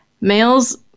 males